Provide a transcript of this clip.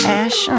ash